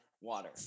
water